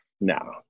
no